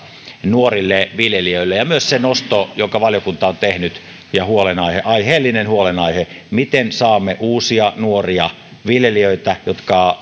nuorille viljelijöille ja myös se nosto jonka valiokunta on tehnyt ja aiheellinen huolenaihe miten saamme uusia nuoria viljelijöitä jotka